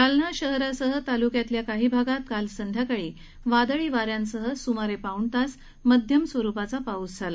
जालना शहरासह तालुक्यातल्या काही भागात काल संध्याकाळी वादळी वाऱ्यासह सुमारे पाऊणतास मध्यम स्वरुपाचा पाऊस झाला